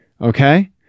okay